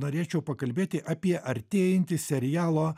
norėčiau pakalbėti apie artėjantį serialo